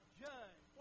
judge